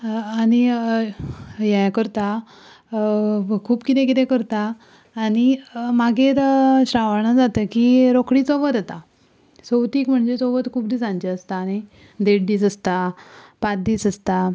आनी हें करता खूब कितें कितें करता आनी मागीर श्रावण जातकीर रोखडीच चवथ जाता चवथीक म्हणजे चवथ खूब दिसांची आसता न्हय देड दीस आसता पांच दीस आसता